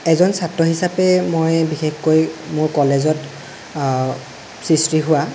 এজন ছাত্ৰ হিচাপে মই বিশেষকৈ মোৰ কলেজত সৃষ্টি হোৱা